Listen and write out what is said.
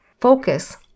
Focus